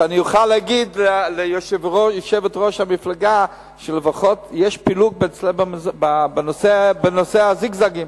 שאוכל להגיד ליושבת-ראש המפלגה שיש פילוג אצלה בנושא הזיגזגים.